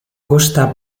costa